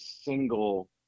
single